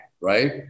right